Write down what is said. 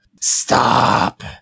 Stop